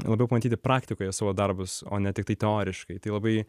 labiau pamatyti praktikoje savo darbus o ne tiktai teoriškai tai labai